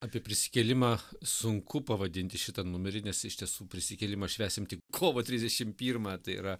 apie prisikėlimą sunku pavadinti šitą numerį nes iš tiesų prisikėlimą švęsim tik kovo trisdešim pirmą tai yra